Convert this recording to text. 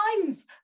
times